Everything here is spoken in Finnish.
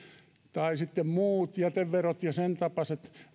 tai sitten muut jäteverot ja sen tapaiset